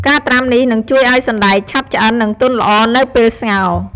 ការត្រាំនេះនឹងជួយឱ្យសណ្ដែកឆាប់ឆ្អិន និងទន់ល្អនៅពេលស្ងោរ។